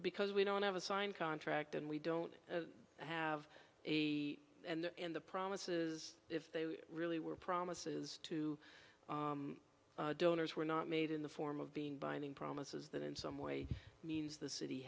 because we don't have a signed contract and we don't have the in the promises if they really were promises to donors were not made in the form of being binding promises that in some way means the city